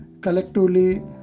collectively